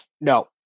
No